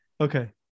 Okay